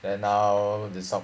then now they stop